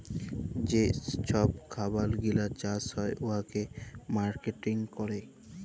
যে ছব খাবার গিলা চাষ হ্যয় উয়াকে মার্কেটিং ক্যরে